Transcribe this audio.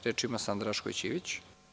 Reč ima Sanda Rašković Ivić.